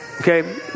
okay